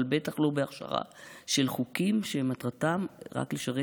אבל בטח לא בהכשרה של חוקים שמטרתם היא רק לשרת